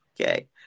Okay